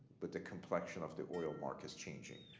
but the complexion of the oil markets changing?